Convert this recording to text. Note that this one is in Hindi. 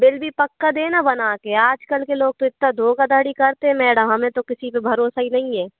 बिल भी पक्का देना बना के आज कल के लोग तो इतना धोखाधड़ी करते हैं मैडम हमें तो किसी पर भरोसा ही नहीं है